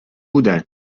بودن